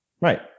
Right